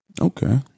Okay